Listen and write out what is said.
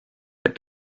est